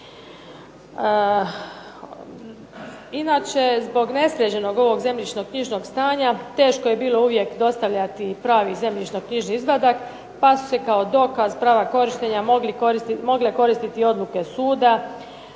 Inače, zbog nesređenog ovog zemljišno-knjižnog stanja teško je bilo dostavljati pravi zemljišno-knjižni izvadak pa su se kao dokaz prava korištenja mogle koristiti odluke suda,